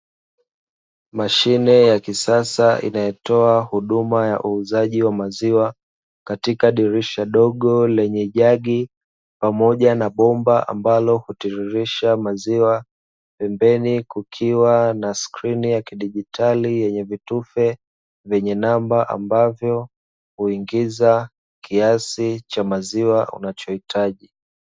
Mashine ya kisasa inayotoa huduma ya uuzaji wa maziwa katika dirsha dogo, lenye jagi pamoja na bomba, ambalo hutiririsha maziwa, pembeni kukiwa na skrini ya kidijitali yenye vitufe vyenye namba ambavyo huingiza kiasi cha maziwa unachohitaji.